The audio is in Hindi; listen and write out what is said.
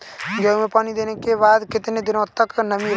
गेहूँ में पानी देने के बाद कितने दिनो तक नमी रहती है?